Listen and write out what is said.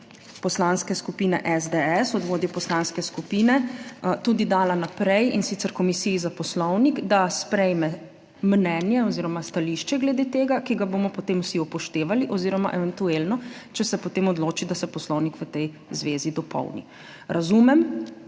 Poslanske skupine SDS, od vodje poslanske skupine, tudi dala naprej, in sicer Komisiji za poslovnik, da sprejme mnenje oziroma stališče glede tega, ki ga bomo potem vsi upoštevali oziroma eventualno, če se potem odloči, da se Poslovnik v tej zvezi dopolni. Razumem